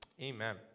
amen